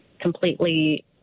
completely